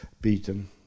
beaten